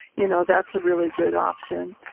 you know that's a really good option.